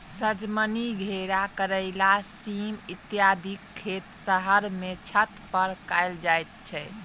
सजमनि, घेरा, करैला, सीम इत्यादिक खेत शहर मे छत पर कयल जाइत छै